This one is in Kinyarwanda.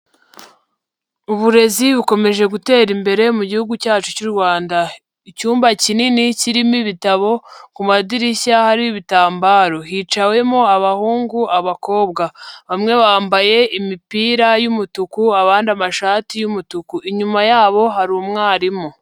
Uburezi bukomeje gutera imbere mu gihugu cyacu cy'u Rwanda. Icyumba kinini kirimo ibitabo, ku madirishya hariho ibitambaro. Hicawemo abahungu, abakobwa. Bamwe bambaye imipira y'umutuku, abandi amashati y'umutuku. Inyuma yabo hari umwarimu.